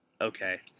Okay